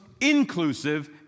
inclusive